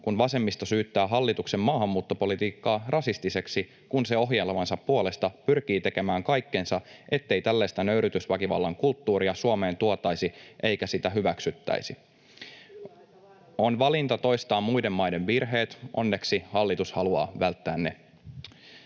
kun vasemmisto syyttää hallituksen maahanmuuttopolitiikkaa rasistiseksi, kun se ohjelmansa puolesta pyrkii tekemään kaikkensa, ettei tällaista nöyryytysväkivallan kulttuuria Suomeen tuotaisi eikä sitä hyväksyttäisi. [Eva Biaudet´n välihuuto] On valinta toistaa muiden maiden virheet. Onneksi hallitus haluaa välttää ne.